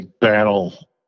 battle